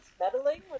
meddling